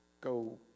go